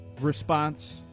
response